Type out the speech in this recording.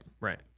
right